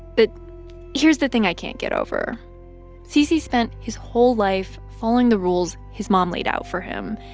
but here's the thing i can't get over cc spent his whole life following the rules his mom laid out for him,